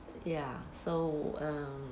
ya so um